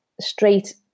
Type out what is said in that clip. straight